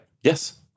Yes